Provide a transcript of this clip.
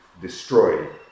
destroyed